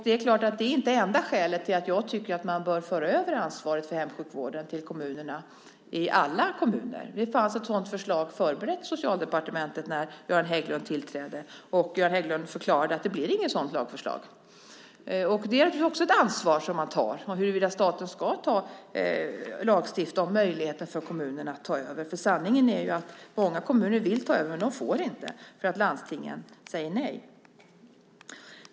Det är klart att det inte är det enda skälet till att jag tycker att man bör föra över ansvaret för hemsjukvården till alla kommuner. Det fanns ett sådant förslag förberett på Socialdepartementet när Göran Hägglund tillträdde, och Göran Hägglund förklarade att det inte blir något sådant lagförslag. Det är också ett ansvar som man tar, om huruvida staten ska lagstifta om möjligheten för kommunerna att ta över. Sanningen är ju att många kommuner vill ta över men att de inte får göra det därför att landstingen säger nej.